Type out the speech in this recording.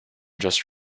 just